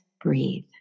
breathe